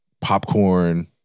popcorn